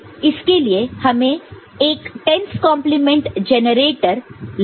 इसके लिए हमें एक 10's complement 10's complement generator लगेगा